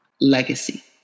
legacy